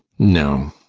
no.